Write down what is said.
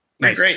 great